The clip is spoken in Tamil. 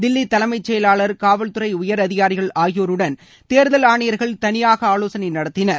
தில்லி தலைமை செயலாளர் காவல் துறை உயர் அதிகாரிகள் ஆகியோருடன் தேர்தல் ஆணையர்கள் தனியாக ஆலோசனை நடத்தினர்